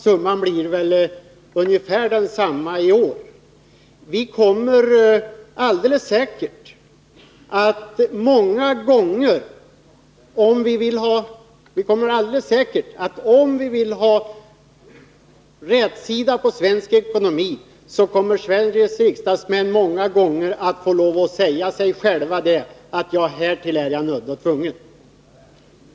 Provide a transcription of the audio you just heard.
Summan i år blir väl ungefär densamma. Om vi vill ha rätsida på svensk ekonomi kommer Sveriges riksdagsmän få lov att många gånger säga sig själva: Härtill är jag nödd och tvungen.